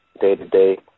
Day-to-day